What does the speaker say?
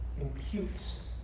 imputes